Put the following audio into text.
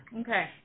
Okay